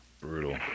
Brutal